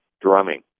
drumming